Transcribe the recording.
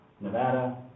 Nevada